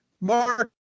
Mark